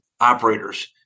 operators